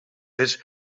his